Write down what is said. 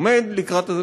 לומד לקראת,